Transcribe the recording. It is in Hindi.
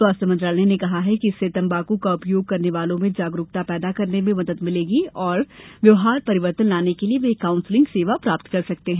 स्वास्थ्य मंत्रालय ने कहा है कि इससे तम्बाकू का उपभोग करने वालों में जागरूकता पैदा करने में मदद मिलेगी और व्यवहार परिवर्तन लाने के लिए वे काउंसलिंग सेवा प्राप्त कर सकते हैं